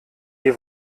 die